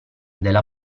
della